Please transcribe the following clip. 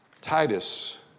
Titus